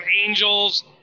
Angels